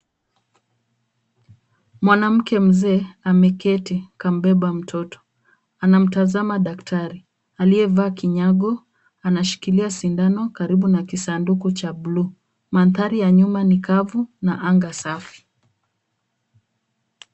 Mwanamke mzee ameketi kambeba mtoto. Anamtazama daktari aliyevaa kinyago. Anashikilia sindano karibu na kisanduku cha buluu. Mandhari ya nyuma ni kavu na anga safi.